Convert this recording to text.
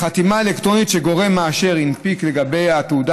שחתימה אלקטרונית שגורם מאשר הנפיק לגביה תעודה